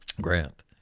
Grant